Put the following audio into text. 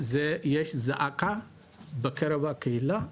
יש זעקה בקרב הקהילה,